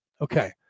Okay